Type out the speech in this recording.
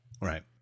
Right